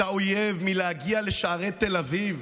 כמה הם עצרו בגופם את האויב מלהגיע לשערי תל אביב.